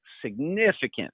significant